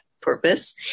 purpose